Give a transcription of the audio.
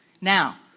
Now